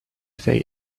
say